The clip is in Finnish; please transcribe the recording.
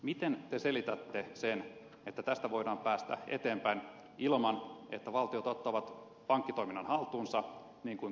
miten te selitätte sen että tästä voidaan päästä eteenpäin ilman että valtiot ottavat pankkitoiminnan haltuunsa niin kuin kuuluisikin olla